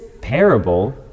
parable